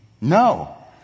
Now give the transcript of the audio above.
no